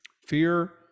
fear